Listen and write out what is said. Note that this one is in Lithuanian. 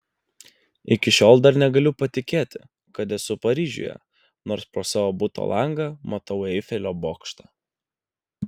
iki šiol dar negaliu patikėti kad esu paryžiuje nors pro savo buto langą matau eifelio bokštą